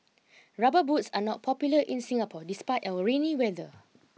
rubber boots are not popular in Singapore despite our rainy weather